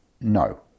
No